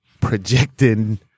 projecting